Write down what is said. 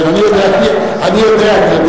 אני יודע, אני יודע.